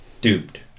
duped